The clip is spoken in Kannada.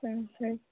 ಹ್ಞೂ ಹ್ಞೂ